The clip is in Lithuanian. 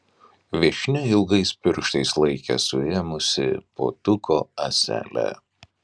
viešnia ilgais pirštais laikė suėmusi puoduko ąselę